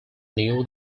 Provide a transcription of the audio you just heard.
knew